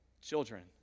children